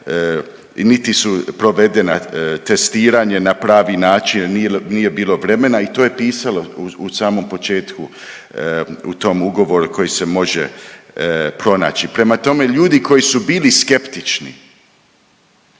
niti su provedena testiranja na pravi način, nije bilo vremena. I to je pisalo na samom početku u tom ugovoru koji se može pronaći. Prema tome ljudi koji su bili skeptični